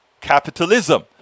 capitalism